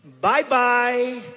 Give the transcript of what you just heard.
Bye-bye